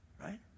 Right